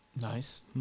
Nice